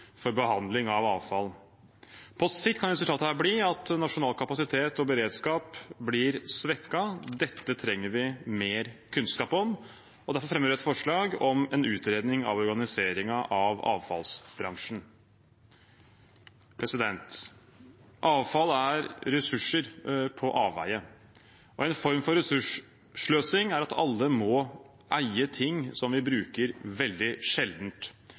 for behandling av avfall. På sikt kan resultatet bli at nasjonal kapasitet og beredskap blir svekket. Dette trenger vi mer kunnskap om. Derfor fremmer jeg et forslag om en utredning av organiseringen av avfallsbransjen. Avfall er ressurser på avveier. En form for ressurssløsing er at alle må eie ting som vi bruker veldig